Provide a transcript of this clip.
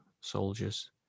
soldiers